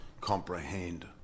comprehend